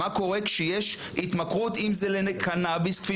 מה קורה כשיש התמכרות אם זה לקנביס כפי